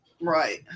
Right